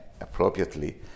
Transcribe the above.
appropriately